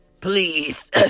Please